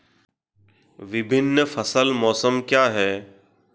विभिन्न फसल मौसम क्या हैं?